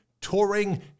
touring